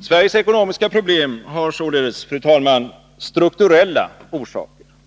Sveriges ekonomiska problem har således, fru talman, strukturella orsaker.